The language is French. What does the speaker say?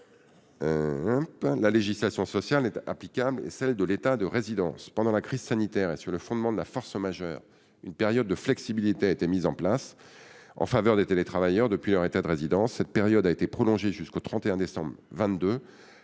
la législation sociale applicable est celle de l'État de résidence. Pendant la crise sanitaire, et sur le fondement de la force majeure, une période de flexibilité a été mise en place en faveur des télétravailleurs depuis leur État de résidence. Cette période a été prolongée jusqu'au 31 décembre 2022.